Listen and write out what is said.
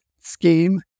scheme